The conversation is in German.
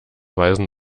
weisen